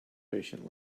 patient